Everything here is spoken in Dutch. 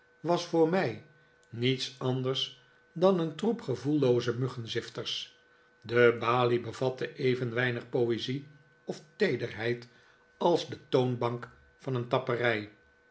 was voor mij niets anders dan een troep gevoellooze muggenzifters de balie be vatte even weinig poezie of teederheid als de toonbank van een tapperij